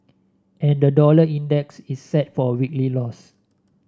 and the dollar index is set for a weekly loss